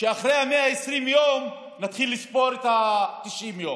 שאחרי 120 יום נתחיל לספור את ה-90 יום,